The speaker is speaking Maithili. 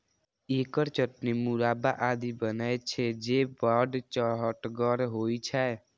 एकर चटनी, मुरब्बा आदि बनै छै, जे बड़ चहटगर होइ छै